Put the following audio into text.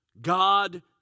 God